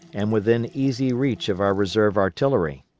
and within easy reach of our reserve artillery.